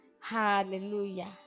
Hallelujah